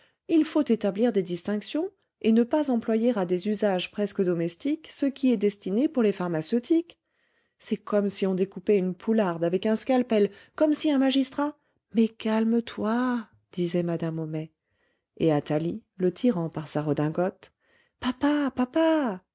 il faut établir des distinctions et ne pas employer à des usages presque domestiques ce qui est destiné pour les pharmaceutiques c'est comme si on découpait une poularde avec un scalpel comme si un magistrat mais calme-toi disait madame homais et athalie le tirant par sa redingote papa papa